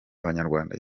abanyarwanda